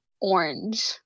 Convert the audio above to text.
orange